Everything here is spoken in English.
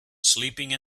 sleeping